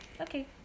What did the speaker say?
Okay